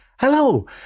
Hello